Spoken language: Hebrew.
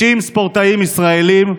90 ספורטאים ישראלים,